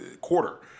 quarter